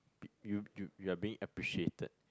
you you you are being appreciated